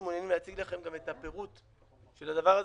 אנחנו מעוניינים להציג לכם גם את הפירוט של הדבר הזה,